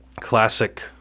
classic